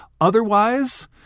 Otherwise